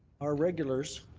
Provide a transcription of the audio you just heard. our regulars,